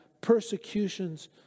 persecutions